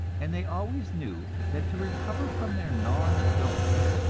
and they always knew that to recover from their gnawing illness,